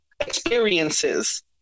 experiences